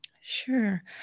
Sure